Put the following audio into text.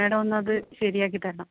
madam ഒന്നത് ശരിയാക്കി തരണം